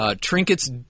trinkets